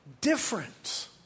different